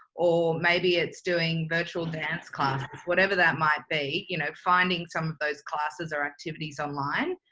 or maybe it's doing virtual dance classes, whatever that might be, you know, finding some of those classes are activities online,